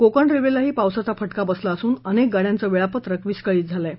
कोकण रेल्वेलाही पावसाचा फटका बसला असून अनेक गाडयांचं वेळापत्रक विस्कळीत झालं आहे